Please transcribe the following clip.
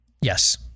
Yes